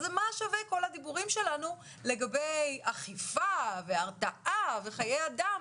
אז למה שווים כל הדיבורים שלנו לגבי אכיפה והרתעה וחיי אדם,